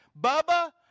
Bubba